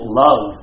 love